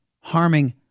harming